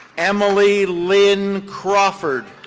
emily lynn crawford.